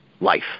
life